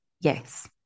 Yes